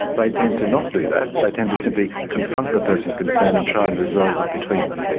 they tend to not do that, they tend to simply confront the person concerned and try and resolve it between them.